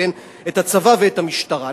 את הצבא ואת המשטרה,